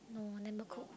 no never cook